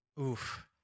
oof